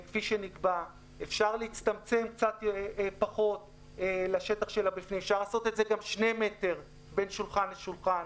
אפשר להצטמצם ולעשות את זה שני מטר בין שולחן לשולחן.